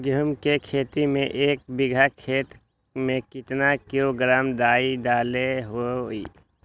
गेहूं के खेती में एक बीघा खेत में केतना किलोग्राम डाई डाले के होई?